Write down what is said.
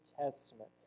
Testament